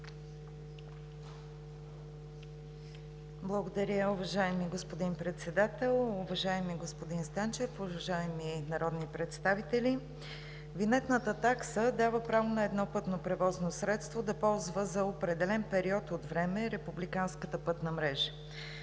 Благодаря, уважаеми господин Председател. Уважаеми господин Станчев, уважаеми народни представители! Винетната такса дава право на едно пътно превозно средство да ползва за определен период от време републиканската пътна мрежа.